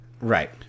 Right